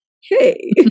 Hey